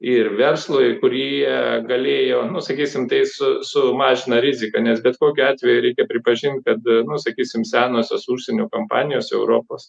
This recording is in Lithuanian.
ir verslui kurie galėjo nu sakysim tai su sumažina riziką nes bet kokiu atveju reikia pripažint kad nu sakysim senosios užsienio kompanijos europos